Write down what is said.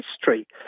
history